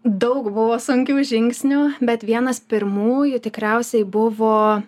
daug buvo sunkių žingsnių bet vienas pirmųjų tikriausiai buvo